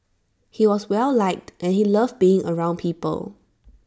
he was well liked and he loved being around people